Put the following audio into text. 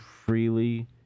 freely